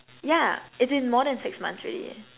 yeah as in more than six months already leh